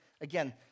Again